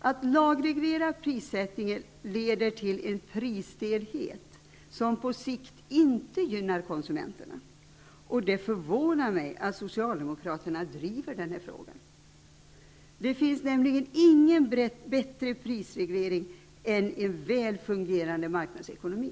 Att lagreglera prissättning leder till prisstelhet, som på sikt missgynnar konsumenterna. Det förvånar mig att Socialdemokraterna driver den här frågan. Det finns nämligen ingen bättre prisreglering än en väl fungerande marknadsekonomi.